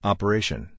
Operation